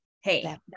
Hey